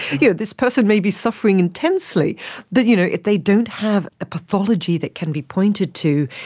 yeah this person may be suffering intensely but you know if they don't have a pathology that can be pointed to,